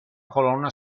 colonna